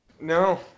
no